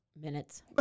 minutes